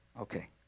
Okay